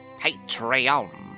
Patreon